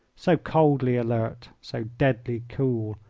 so coldly alert, so deadly cool,